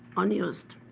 unused.